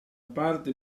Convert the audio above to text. parte